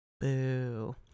Boo